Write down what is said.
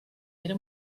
era